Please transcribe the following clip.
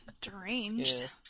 deranged